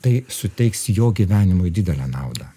tai suteiks jo gyvenimui didelę naudą